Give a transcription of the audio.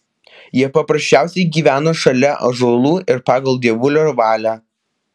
jie paprasčiausiai gyveno šalia ąžuolų ir pagal dievulio valią